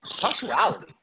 Punctuality